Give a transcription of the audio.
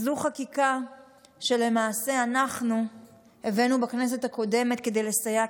זו חקיקה שלמעשה אנחנו הבאנו בכנסת הקודמת כדי לסייע,